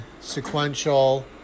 Sequential